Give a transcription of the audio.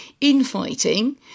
infighting